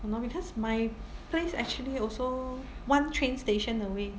mm because my place actually also one train station away